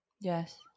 Yes